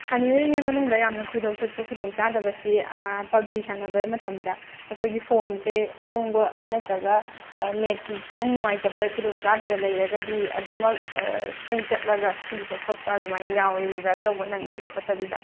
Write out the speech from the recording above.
ꯁꯥꯟꯅꯔꯤꯉꯩ ꯃꯅꯨꯡꯗ ꯌꯥꯝꯅ ꯈꯣꯏꯗꯧ ꯊꯤꯠꯄ ꯈꯨꯗꯣꯡ ꯆꯥꯗꯕꯁꯤ ꯄꯞꯖꯤ ꯁꯥꯟꯅꯕ ꯃꯇꯝꯗ ꯑꯩꯈꯣꯏꯒꯤ ꯐꯣꯟꯁꯦ ꯑꯍꯣꯡꯕ ꯅꯠꯇ꯭ꯔꯒ ꯅꯦꯠꯀꯤ ꯈꯤꯇꯪ ꯅꯨꯡꯉꯥꯏꯇꯕ ꯈꯨꯗꯣꯡꯆꯥꯗꯕ ꯂꯩꯔꯒꯗꯤ ꯑꯗꯨꯝꯃꯛ ꯍꯦꯡ ꯆꯠꯂꯒ ꯁꯤꯕ ꯈꯣꯠꯄ ꯑꯗꯨꯃꯥꯏꯅ ꯌꯥꯎꯏ ꯔꯤꯕꯥꯏꯕ ꯇꯧꯕ ꯅꯪꯗꯕꯤ ꯈꯣꯠꯇꯕꯤꯗ